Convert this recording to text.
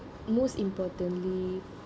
most importantly